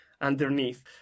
Underneath